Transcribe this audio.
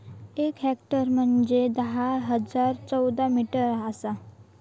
एक हेक्टर म्हंजे धा हजार चौरस मीटर आसा